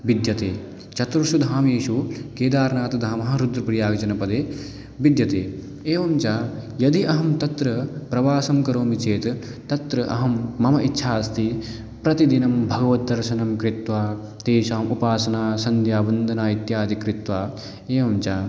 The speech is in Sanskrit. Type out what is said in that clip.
विद्यते चतुर्षु धामेषु केदारनाथधामः रुद्रप्रयागजनपदे विद्यते एवं च यदि अहं तत्र प्रवासं करोमि चेत् तत्र अहं मम इच्छा अस्ति प्रतिदिनं भगवद्दर्शनम् कृत्वा तेषाम् उपासना सन्ध्यावन्दनम् इत्यादि कृत्वा एवं च